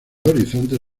horizonte